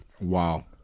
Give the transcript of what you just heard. Wow